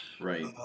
Right